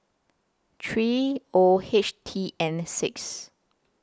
three O H T N six